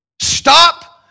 Stop